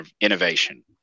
innovation